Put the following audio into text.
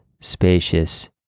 spacious